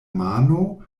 mano